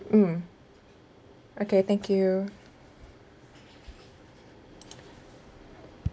mm okay thank you